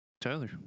Tyler